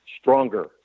stronger